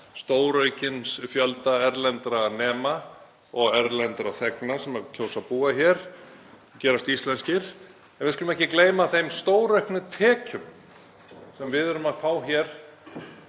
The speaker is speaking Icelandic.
stóraukins fjölda erlendra nema og erlendra þegna sem kjósa að búa hér, gerast íslenskir. Við skulum ekki gleyma þeim stórauknu tekjum sem við erum að fá hér